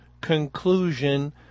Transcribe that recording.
conclusion